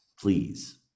please